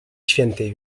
świętej